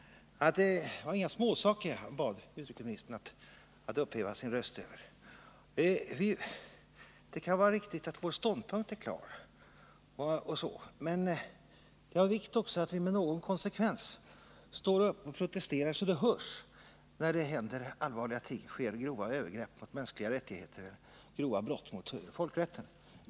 Det var sålunda inga småsaker jag bad utrikesministern att upphäva sin röst över. Det kan vara riktigt att vår ståndpunkt är klar, men det är av vikt att vi då också med någon konsekvens står upp och protesterar så att det hörs när det händer allvarliga ting och sker grova övergrepp mot mänskliga rättigheter och förövas grova brott mot folkrätten.